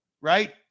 right